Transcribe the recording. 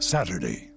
Saturday